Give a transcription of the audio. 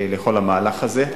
לכל המהלך הזה.